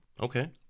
okay